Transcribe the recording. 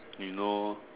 you know